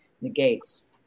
negates